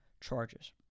charges